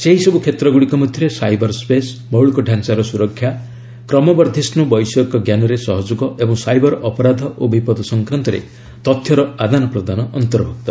ସେହିସବୁ କ୍ଷେତ୍ରଗୁଡ଼ିକ ମଧ୍ୟରେ ସାଇବର ସ୍ୱେସ୍ ମୌଳିକ ଡାଞ୍ଚାର ସୁରକ୍ଷା କ୍ରମବର୍ଦ୍ଧିଷ୍ଟୁ ବୈଷୟିକଞ୍ଜାନରେ ସହଯୋଗ ଏବଂ ସାଇବର ଅପରାଧ ଓ ବିପଦ ସଂକ୍ରାନ୍ତରେ ତଥ୍ୟର ଆଦାନପ୍ରଦାନ ଅନ୍ତର୍ଭୁକ୍ତ